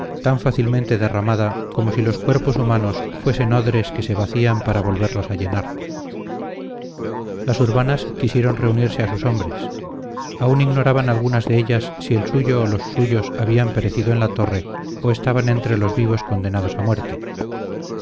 tan fácilmente derramada como si los cuerpos humanos fuesen odres que se vacían para volverlos a llenar las urbanas quisieron reunirse a sus hombres aún ignoraban algunas de ellas si el suyo o los suyos habían perecido en la torre o estaban entre los vivos condenados a muerte